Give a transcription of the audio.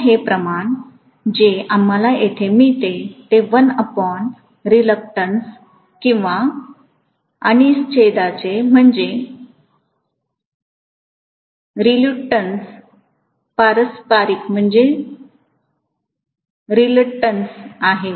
तर हे प्रमाण जे आम्हाला येथे मिळाले ते किंवा अनिच्छेचे पारस्परिक आहे